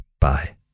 Bye